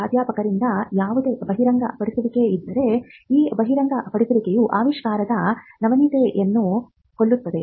ಪ್ರಾಧ್ಯಾಪಕರಿಂದ ಯಾವುದೇ ಬಹಿರಂಗಪಡಿಸುವಿಕೆಯಿದ್ದರೆ ಆ ಬಹಿರಂಗಪಡಿಸುವಿಕೆಯು ಆವಿಷ್ಕಾರದ ನವೀನತೆಯನ್ನು ಕೊಲ್ಲುತ್ತದೆ